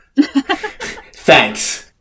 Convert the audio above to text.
Thanks